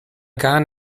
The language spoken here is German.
gar